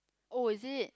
oh is it